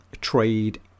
trade